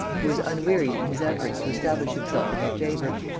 who was unwearied in his efforts to establish himself in her favor?